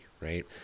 right